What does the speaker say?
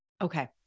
Okay